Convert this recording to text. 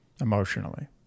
emotionally